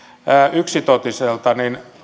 yksitotiselta